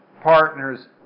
partners